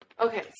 Okay